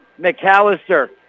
McAllister